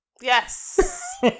Yes